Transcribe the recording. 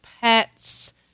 pets